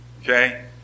Okay